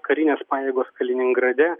karinės pajėgos kaliningrade